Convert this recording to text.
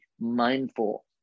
mindful